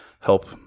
Help